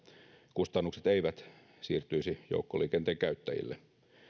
kustannukset eivät siirtyisi joukkoliikenteen käyttäjille